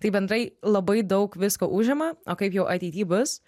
tai bendrai labai daug visko užima o kaip jau ateity bus